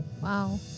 Wow